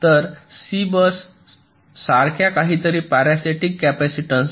तर C bus सारख्या काहीतरीसह पॅरासिटिक कॅपॅसिटअन्स